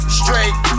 straight